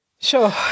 Sure